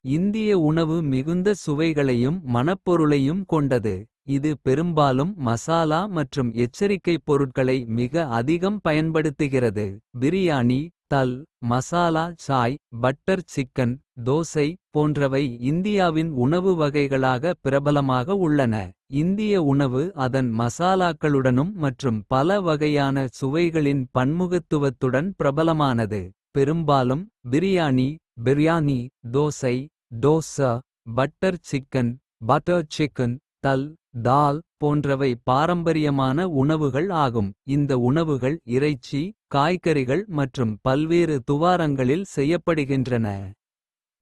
இந்திய உணவு மிகுந்த சுவைகளையும் மணப்பொருளையும் கொண்டது. இது பெரும்பாலும் மசாலா மற்றும் எச்சரிக்கை. பொருட்களை மிக அதிகம் பயன்படுத்துகிறது. பிரியாணி தல் மசாலா சாய் பட்டர் சிக்கன். தோசை போன்றவை இந்தியாவின் உணவு வகைகளாக. பிரபலமாக உள்ளன.இந்திய உணவு அதன். மசாலாக்களுடனும் மற்றும் பல வகையான சுவைகளின். பன்முகத்துவத்துடன் பிரபலமானது பெரும்பாலும் பிரியாணி. தோசை பட்டர் சிக்கன் தல் போன்றவை. பாரம்பரியமான உணவுகள் ஆகும். இந்த உணவுகள் இறைச்சி காய்கறிகள் மற்றும் பல்வேறு. துவாரங்களில் செய்யப்படுகின்றன.